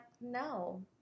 no